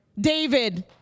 David